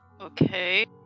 Okay